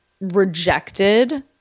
rejected